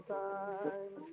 time